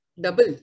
double